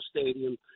Stadium